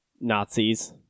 Nazis